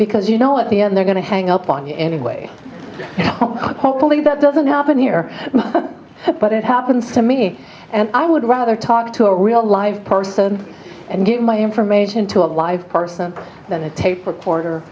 because you know at the end they're going to hang up on anyway hopefully that doesn't happen here but it happens to me and i would rather talk to a real live person and give my information to a live person than a tape recorder